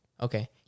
Okay